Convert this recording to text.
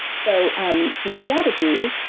so um strategies